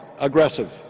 aggressive